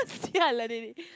yeah lah